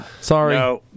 Sorry